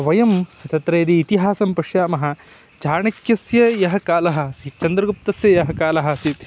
वयं तत्र यदि इतिहासं पश्यामः चाणक्यस्य यः कालः आसीत् चन्द्रगुप्तस्य यः कालः आसीत्